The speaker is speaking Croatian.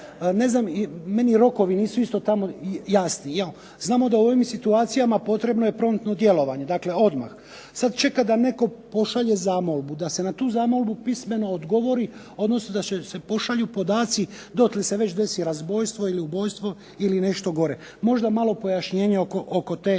Ne znam meni rokovi nisu isto tamo jasni, jel? Znamo da u ovim situacija potrebno je promptno djelovanje, dakle odmah. Sad čekat da netko pošalje zamolbu, da se na tu zamolbu pismeno odgovori, odnosno da se pošalju podaci dotle se već desi razbojstvo ili ubojstvo ili nešto gore. Možda malo pojašnjenje oko te